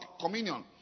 communion